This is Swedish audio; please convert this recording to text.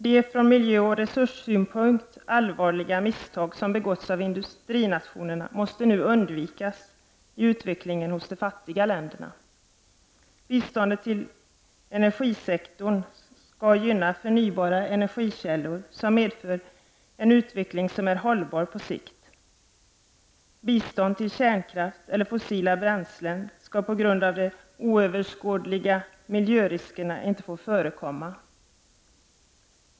De från miljöoch resurssynpunkt allvarliga misstag som har begåtts av industrinationerna måste nu undvikas i utvecklingen hos de fattiga länderna. Biståndet till energisektorn skall gynna förnybara energikällor som medför en utveckling som är hållbar på sikt. Bistånd till kärnkraft eller fossila bränslen skall på grund av de oöverskådliga miljöriskerna inte få förekomma.